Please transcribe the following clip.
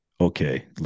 okay